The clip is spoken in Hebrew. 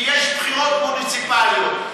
כי יש בחירות מוניציפליות,